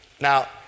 Now